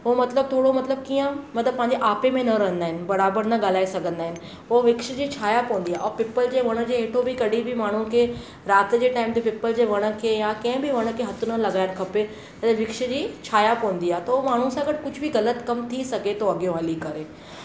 हू मतिलबु थोरो मतिलबु कीअं मतिलबु पंहिंजे आपे में न रहंदा आहिनि बराबरि न ॻाल्हाए सघंदा आहिनि पोइ वृक्ष जी छाया पवंदी आहे ऐं पीपल जे वण जे हेठां बि कॾहिं बि माण्हू खे राति जे टाइम ते पीपल जे वण खे या कंहिं बि वण खे हथु न लॻाइणु खपे वृक्ष जी छाया पवंदी आहे त माण्हू सां गॾु कुझु बि ग़लति कमु थी सघे थो अॻियां हली करे